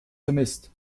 vermisst